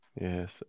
Yes